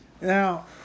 Now –